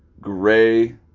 gray